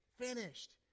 finished